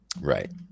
right